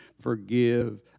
forgive